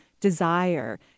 desire